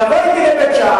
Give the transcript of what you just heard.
תבוא אתי לבית-שאן,